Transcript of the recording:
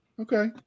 Okay